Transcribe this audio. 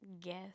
Guess